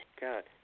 God